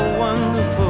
wonderful